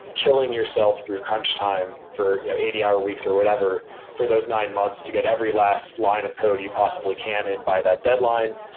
killing yourself through crunch time for you know eighty hour weeks or whatever for those nine months to get every last line of code you possibly can and by that deadline,